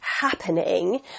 happening